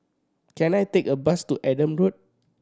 can I take a bus to Adam Road